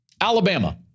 Alabama